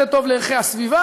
זה עושה טוב לערכי הסביבה,